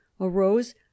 arose